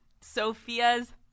sophia's